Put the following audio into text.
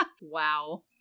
wow